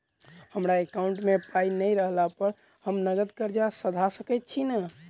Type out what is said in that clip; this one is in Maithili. हमरा एकाउंट मे पाई नै रहला पर हम नगद कर्जा सधा सकैत छी नै?